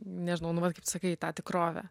nežinau nu vat kaip sakai tą tikrovę